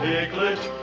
Piglet